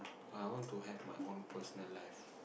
ah I want to have my own personal life